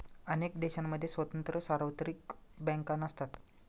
अनेक देशांमध्ये स्वतंत्र सार्वत्रिक बँका नसतात